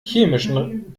chemischen